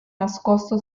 nascosto